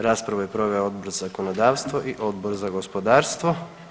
Raspravu je proveo Odbor za zakonodavstvo i Odbor za gospodarstvo.